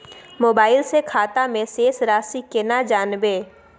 Mobile से खाता में शेस राशि केना जानबे?